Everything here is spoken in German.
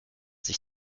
sich